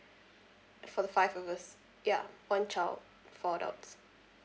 for the five of us ya one child four adults